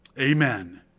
Amen